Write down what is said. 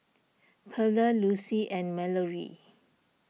Perla Lucie and Mallorie